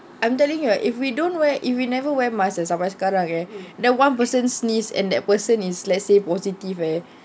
I'm telling you ah if we don't wear if you never wear mask and someone sampai sekarang eh the one person sneezed and that person is let's say positive eh